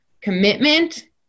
commitment